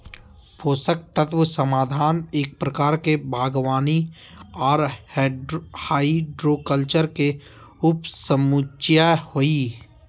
पोषक तत्व समाधान एक प्रकार के बागवानी आर हाइड्रोकल्चर के उपसमुच्या हई,